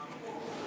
נכון?